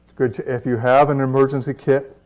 good if you have an emergency kit,